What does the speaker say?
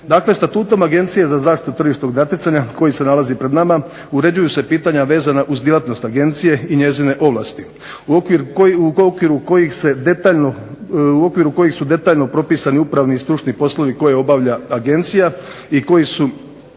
Statuom Agencije za zaštitu tržišnog natjecanja koji se nalazi pred nama uređuju se pitanja vezana uz djelatnost agencije i njezine ovlasti. U okviru kojih su detaljno propisani upravni i stručni poslovi koje obavlja agencija i koji su